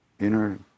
inner